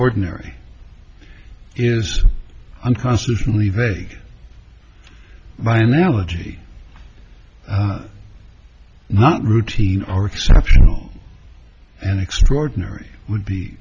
ordinary is unconstitutionally vague my analogy not routine are exceptional and extraordinary would be